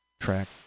track